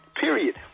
Period